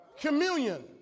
communion